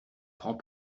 francs